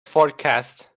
forecast